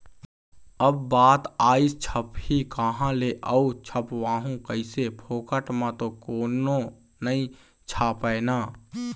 अब बात आइस छपही काँहा ले अऊ छपवाहूँ कइसे, फोकट म तो कोनो नइ छापय ना